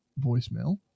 voicemail